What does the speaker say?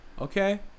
Okay